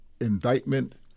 indictment